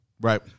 right